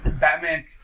Batman